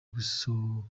gusohora